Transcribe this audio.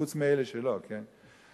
חוץ מאלה שלא, כן?